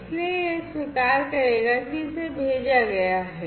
इसलिए यह स्वीकार करेगा कि इसे भेजा गया है